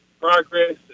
progress